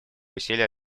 усилия